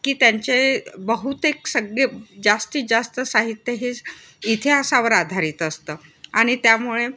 की त्यांचे बहुतेक सगळे जास्तीत जास्त साहित्य हे इतिहासावर आधारित असतं आणि त्यामुळे